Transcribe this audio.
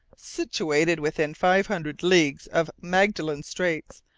situated within five hundred leagues of magellan straits,